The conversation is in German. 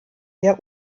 der